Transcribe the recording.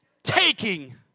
Taking